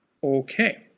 Okay